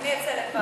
אני אצא לבד.